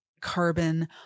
carbon